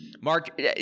Mark